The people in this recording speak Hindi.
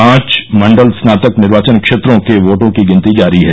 पांच मंडल स्नातक निर्वाचन क्षेत्रों के वोटों की गिनती जारी है